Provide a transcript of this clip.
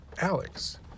Alex